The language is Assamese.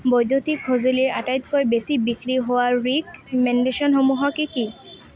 বৈদ্যুতিক সঁজুলিৰ আটাইতকৈ বেছি বিক্ৰী হোৱা ৰিকমেণ্ডেশ্যনসমূহ কি কি